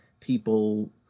people